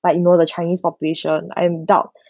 but you know the chinese population I am doubt